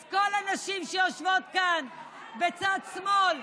אז כל הנשים שיושבות כאן, בצד שמאל,